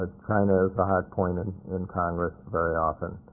china is a hot point and in congress very often.